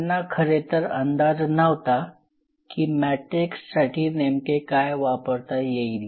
त्यांना खरेतर अंदाज नव्हता की मॅट्रिक्स साठी नेमके काय वापरता येईल